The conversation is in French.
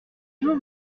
jour